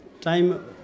time